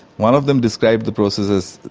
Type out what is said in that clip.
one of them described the process as,